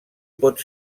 pot